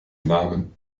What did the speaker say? namen